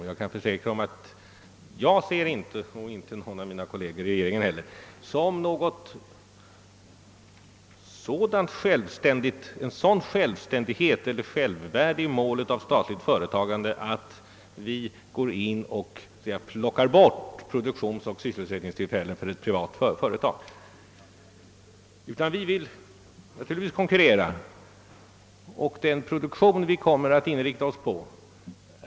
Jag kan också försäkra att jag inte ser det som något mål att ett statligt företag går in på marknaden och plockar bort produktionsoch sysselsättningstillfällen för ett privat företag. På den punkten behöver herr Wedén således inte vara orolig.